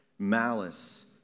malice